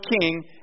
king